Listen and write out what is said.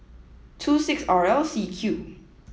two six R L C Q